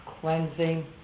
cleansing